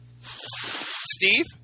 Steve